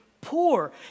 poor